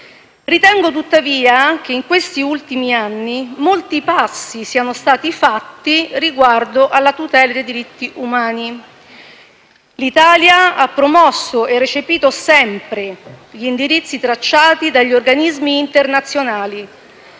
ritengo tuttavia che in questi ultimi anni molti passi siano stati fatti riguardo a questo tema. L'Italia ha promosso e recepito sempre gli indirizzi tracciati dagli organismi internazionali;